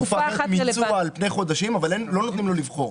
יש תקופה על פני חודשים אבל לא נותנים לו לבחור.